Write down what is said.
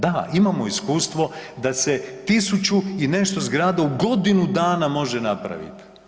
Da, imamo iskustvo da se tisuću i nešto zgrada u godinu dana može napravit.